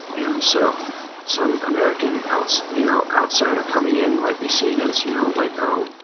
and so some american outsider you know outsider coming in might be seen as, you know like oh!